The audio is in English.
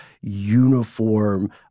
uniform